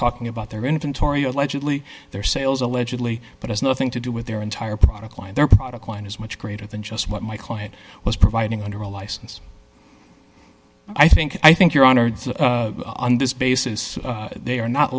talking about their inventory allegedly their sales allegedly but has nothing to do with their entire product line their product line is much greater than just what my client was providing under a license i think i think your honor on this basis they are not